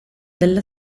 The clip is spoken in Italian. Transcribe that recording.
della